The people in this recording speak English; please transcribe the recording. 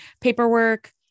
Paperwork